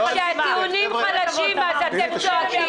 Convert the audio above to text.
כשהטיעונים חלשים אז אתם צועקים.